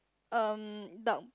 um dark